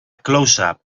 closeup